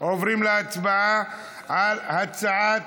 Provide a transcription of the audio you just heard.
עוברים להצבעה על הצעת